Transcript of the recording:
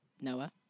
Noah